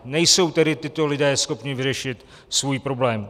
Nejsou tedy tito lidé schopni vyřešit svůj problém.